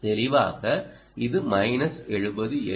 தெளிவாக இது minus 70 L